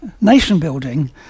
nation-building